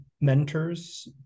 mentors